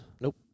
Nope